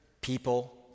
people